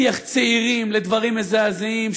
הדיח צעירים לדברים מזעזעים,